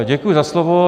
Děkuji za slovo.